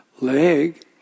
leg